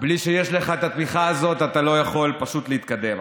בלי שיש לך את התמיכה הזאת אתה לא יכול פשוט להתקדם.